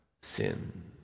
sin